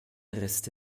reste